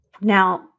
Now